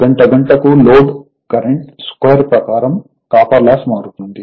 గంట గంటకు load current square ప్రకారం కాపర్ లాస్ మారుతుంది